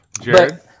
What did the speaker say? Jared